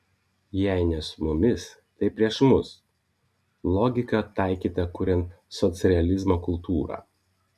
jei ne su mumis tai prieš mus logika taikyta kuriant socrealizmo kultūrą